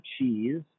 cheese